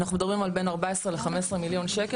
אנחנו מדברים על בין 14-15 מיליון שקל